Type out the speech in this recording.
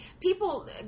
people